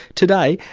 today,